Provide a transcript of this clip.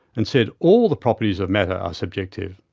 and said all the properties of matter are subjective,